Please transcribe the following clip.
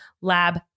lab